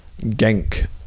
genk